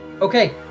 okay